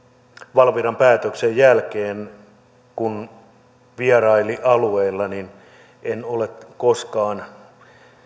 valviran päätöksen jälkeen kun vieraili alueella niin en ole koskaan